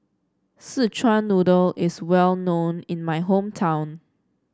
Szechuan Noodle is well known in my hometown